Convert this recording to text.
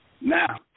Now